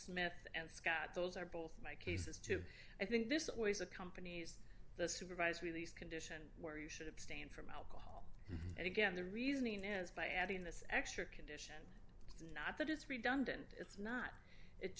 smith and scott those are both my cases too i think this ois accompanies the supervised release condition what should abstain from album and again the reasoning is by adding this extra condition it's not that it's redundant it's not it